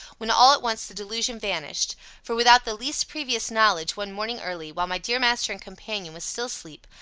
when all at once the delusion vanished for, without the least previous knowledge, one morning early, while my dear master and companion was still asleep,